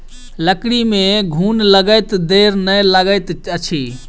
लकड़ी में घुन लगैत देर नै लगैत अछि